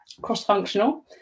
cross-functional